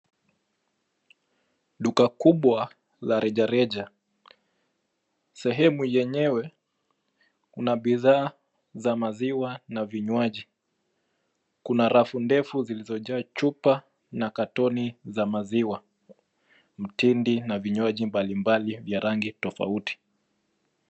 Duka kubwa la rejareja. Sehemu yenyewe ina bidhaa za maziwa na vinywaji. Kuna rafu ndefu zilizojaa chupa na carton za maziwa, mtindi na vinywaji mbalimbali vya rangi tofauti.